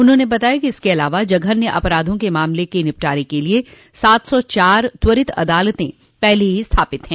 उन्होंने बताय कि इसके अलावा जघन्य अपराधों के मामलों के निपटारे के लिए सात सौ चार त्वरित अदालतें पहले से ही स्थापित हैं